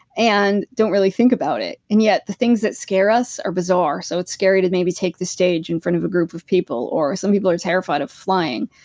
and don't really think about it. and yet, the things that scare us are bizarre. so it's scary to maybe take the stage in front of a group of people or some people are terrified of flying.